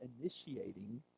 initiating